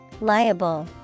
Liable